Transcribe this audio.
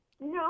no